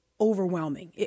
overwhelming